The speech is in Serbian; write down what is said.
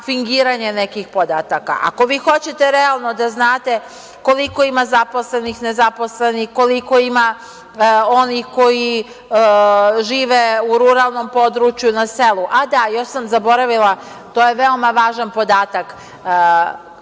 fingiranje nekih podataka. Ako vi hoćete realno da znate koliko ima zaposlenih, nezaposlenih, koliko ima onih koji žive u ruralnom području, na selu…A, da, još sam zaboravila, to je veoma važan podatak,